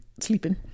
sleeping